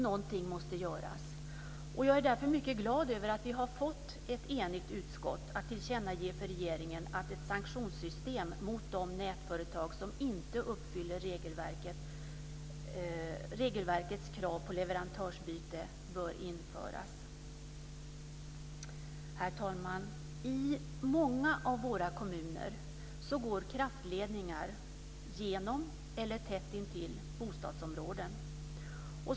Någonting måste göras. Jag är därför mycket glad över att vi har fått ett enigt utskott att tillkännage för regeringen att ett sanktionssystem mot de nätföretag som inte uppfyller regelverkets krav på leverantörsbyte bör införas. Herr talman! I många av våra kommuner går kraftledningar genom eller tätt intill bostadsområden.